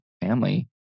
family